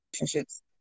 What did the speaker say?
relationships